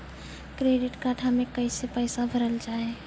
Credit card हम्मे कैसे पैसा भरल जाए?